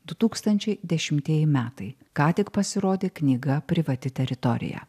du tūkstančiai dešimtieji metai ką tik pasirodė knyga privati teritorija